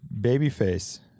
babyface